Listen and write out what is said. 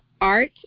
Art